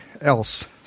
else